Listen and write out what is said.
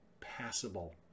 passable